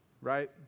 right